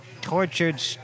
tortured